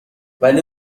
ولی